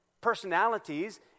personalities